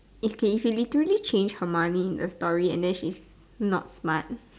if can literally change Hermione in the story and then she's not smart